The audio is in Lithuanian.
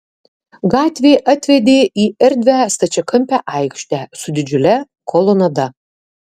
gatvė atvedė į erdvią stačiakampę aikštę su didžiule kolonada